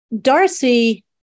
Darcy